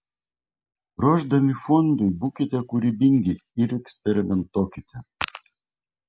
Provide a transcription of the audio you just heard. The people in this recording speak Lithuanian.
ruošdami fondiu būkite kūrybingi ir eksperimentuokite